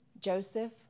Joseph